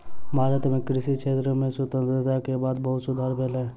भारत मे कृषि क्षेत्र में स्वतंत्रता के बाद बहुत सुधार भेल